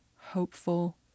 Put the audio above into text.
hopeful